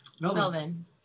Melvin